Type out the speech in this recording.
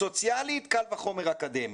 סוציאלית, קל וחומר אקדמית.